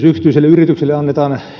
yksityisille yrityksille annetaan